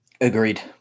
Agreed